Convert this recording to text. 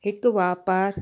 हिकु वापारु